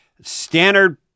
standard